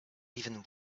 even